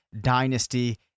Dynasty